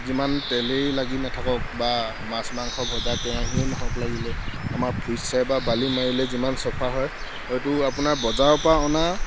যিমান তেলেই লাগি নাথাকক বা মাছ মাংস ভজা কেৰাহীয়েই নহওঁক লাগিলে আমাৰ ফুট ছাই বা বালি মাৰিলে যিমান চাফা হয় হয়তো আপোনাৰ বজাৰৰ পৰা অনা